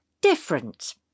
Different